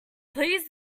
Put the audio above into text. please